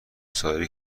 سایر